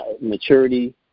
maturity